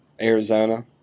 Arizona